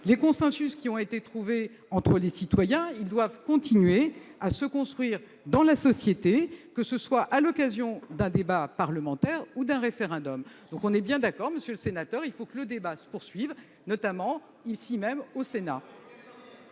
Les consensus trouvés entre les citoyens doivent continuer à se construire dans la société, que ce soit à l'occasion d'un débat parlementaire ou d'un référendum. Nous sommes bien d'accord, monsieur le sénateur, le débat doit se poursuivre, en particulier au Sénat.